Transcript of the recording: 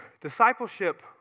Discipleship